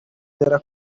ndizera